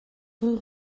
rue